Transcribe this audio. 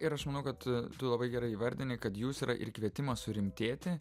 ir aš manau kad tu labai gerai įvardini kad jūs yra ir kvietimas surimtėti